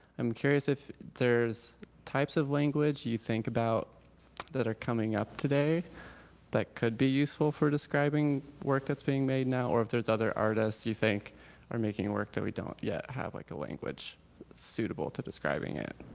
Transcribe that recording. i'm curious if there's types of language you think about that are coming up today that could be useful for describing work that's being made now, or if there's other artists you think are making work that we don't yet have like a language suitable to describing it?